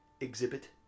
Exhibit